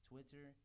Twitter